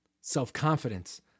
self-confidence